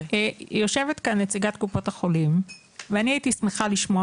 יושבת כאן נציגת קופות החולים ואני הייתי שמחה לשמוע